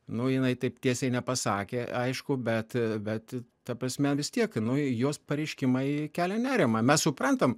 nu jinai taip tiesiai nepasakė aišku bet bet ta prasme vis tiek nu jos pareiškimai kelia nerimą mes suprantam